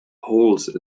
holes